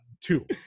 two